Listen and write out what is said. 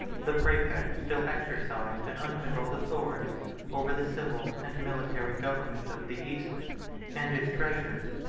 the praefect still exercised an uncontrolled authority over the civil and military government of the east and his treasures,